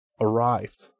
arrived